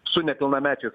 su nepilnamečiu